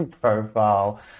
profile